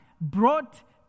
brought